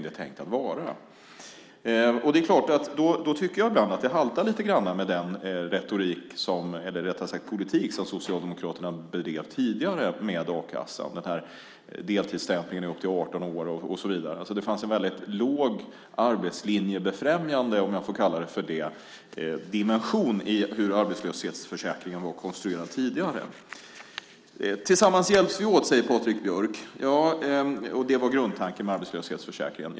Jag tycker då att det ibland haltar lite grann med den politik som Socialdemokraterna tidigare drev med a-kassa, deltidsstämpling upp till 18 år och så vidare. Det fanns en väldigt låg arbetslinjebefrämjande, om jag får kalla det så, dimension i hur arbetslöshetsförsäkringen var konstruerad tidigare. Tillsammans hjälps vi åt, säger Patrik Björck, och det var grundtanken med arbetslöshetsförsäkringen.